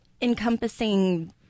encompassing